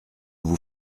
vous